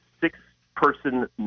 six-person